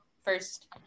First